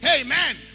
Amen